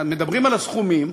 מדברים על הסכומים: